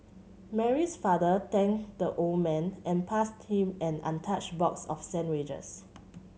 Mary's father thanked the old man and passed him an untouched box of sandwiches